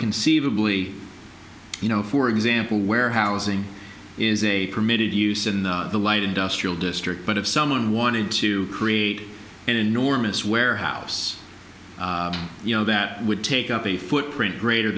conceivably you know for example warehousing is a permitted use in the light industrial district but if someone wanted to create an enormous warehouse you know that would take up a footprint greater